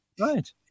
Right